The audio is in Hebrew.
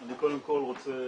אני קודם כל רוצה